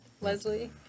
leslie